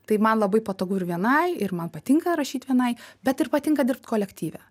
tai man labai patogu ir vienai ir man patinka rašyt vienai bet ir patinka dirbt kolektyve